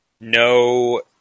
no